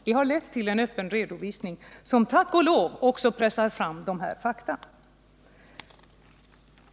Det har lett till en öppen redovisning som tack och lov också pressar fram dessa fakta.